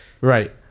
Right